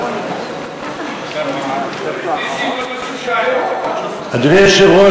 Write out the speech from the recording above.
אדוני היושב-ראש,